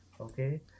okay